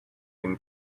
been